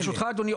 ברשותך אדוני,